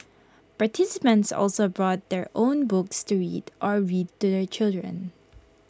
participants also brought their own books to read or read to their children